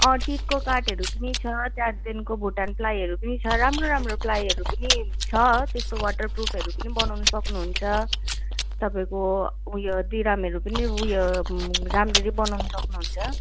अँ टिकको काठहरू पनि छ त्यहाँदेखिको भुटान प्लाईहरू पनि छ राम्रो राम्रो प्लाईहरू पनि छ त्यस्तो वाटरप्रुफहरू पनि बनाउनु सक्नुहुन्छ तपाईँको उयो दिरामहरू पनि उयो राम्ररी बनाउनु सक्नुहुन्छ